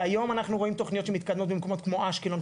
והיום אנחנו רואים תוכניות שמתקדמות במקומות כמו אשקלון,